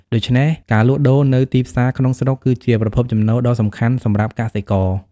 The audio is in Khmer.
ដូច្នេះ ការលក់ដូរនៅទីផ្សារក្នុងស្រុកគឺជាប្រភពចំណូលដ៏សំខាន់សម្រាប់កសិករ។